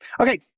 Okay